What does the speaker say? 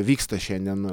vyksta šiandien